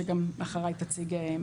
שגם אחריי תציג.